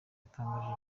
yatangarije